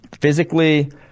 Physically